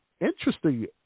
interesting